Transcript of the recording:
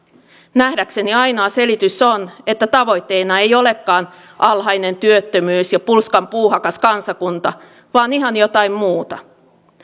nähdäkseni ainoa selitys on että tavoitteena ei olekaan alhainen työttömyys ja pulskan puuhakas kansakunta vaan ihan jotain muuta